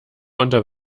unter